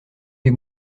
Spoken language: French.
les